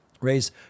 raise